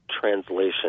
translation